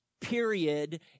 Period